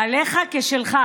עליך כשלך"